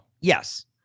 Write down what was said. Yes